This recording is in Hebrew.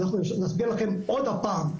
אנחנו נסביר לכם עוד הפעם,